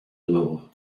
luego